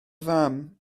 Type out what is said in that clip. fam